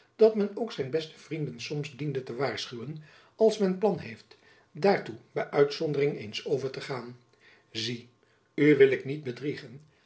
dat men ook zijn beste vrienden soms diende te waarschuwen als men plan heeft daartoe by uitzondering eens over te gaan zie u wil ik niet bedriegen